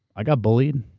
i got bullied.